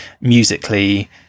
musically